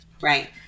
Right